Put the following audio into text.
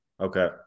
Okay